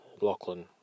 Lachlan